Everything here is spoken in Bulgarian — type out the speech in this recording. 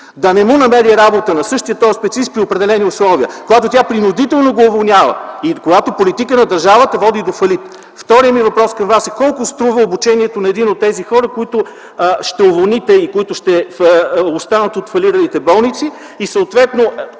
да не му намери работа при определени условия, когато тя принудително го уволнява и когато политиката на държавата води до фалит. Вторият ми въпрос към Вас е колко струва обучението на един от тези хора, които ще уволните и ще останат от фалиралите болници и съответно